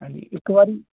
ਹਾਂਜੀ ਇੱਕ ਵਾਰੀ